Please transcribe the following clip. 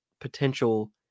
potential